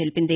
తెలిపింది